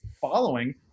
following